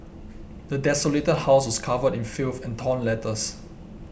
the desolated house was covered in filth and torn letters